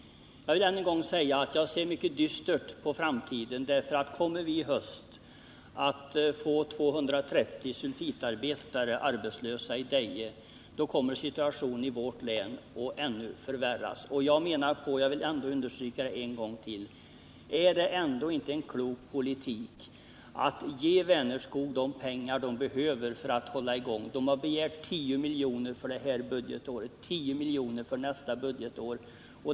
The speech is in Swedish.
Jag vill än en gång säga att jag ser mycket dystert på framtiden. Kommer vi i höst att få 230 sulfitarbetare arbetslösa i Deje, kommer situationen i vårt län att ytterligare förvärras. Jag vill än en gång ställa frågan: Är det ändå inte en klok politik att ge Vänerskog de pengar det behöver för att hålla i gång. Företaget har begärt 10 miljoner för detta budgetår och 10 miljoner för nästa budgetår.